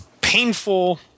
painful